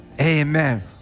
Amen